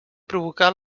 provocar